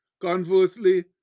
Conversely